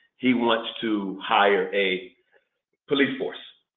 he wants to hire a police force.